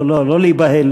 לא להיבהל,